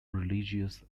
religious